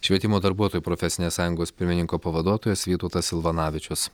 švietimo darbuotojų profesinės sąjungos pirmininko pavaduotojas vytautas silvanavičius